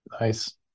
nice